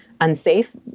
unsafe